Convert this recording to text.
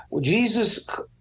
Jesus